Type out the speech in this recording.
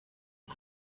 bwo